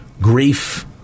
grief